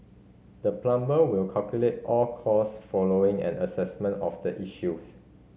the plumber will calculate all cost following an assessment of the issues